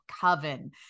Coven